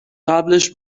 قبلش